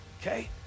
okay